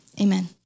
amen